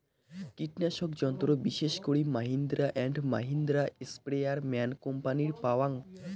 কীটনাশক যন্ত্র বিশেষ করি মাহিন্দ্রা অ্যান্ড মাহিন্দ্রা, স্প্রেয়ারম্যান কোম্পানির পাওয়াং